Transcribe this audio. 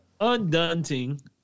Undaunting